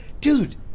Dude